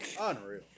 unreal